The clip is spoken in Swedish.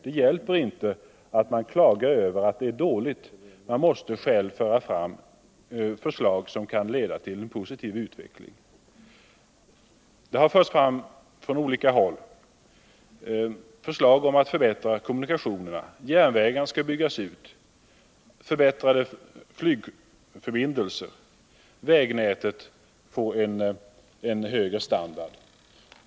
Det hjälper inte att man klagar över att det är dåligt. Man måste själv föreslå sådant som kan leda till en positiv utveckling. Det har från olika håll förts fram förslag om att förbättra kommunikationerna: järnvägen skulle kunna byggas ut, flygförbindelserna förbättras och vägnätet få en högre standard.